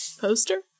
poster